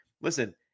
Listen